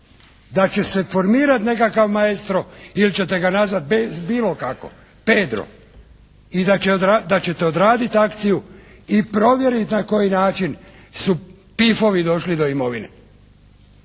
da će se formirati nekakav maestro ili ćete ga nazvati bilo kako "Pedro" i da ćete odraditi akciju i provjeriti na koji način su PIF-ovi došli do imovine.